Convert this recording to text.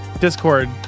Discord